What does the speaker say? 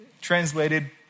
translated